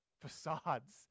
facades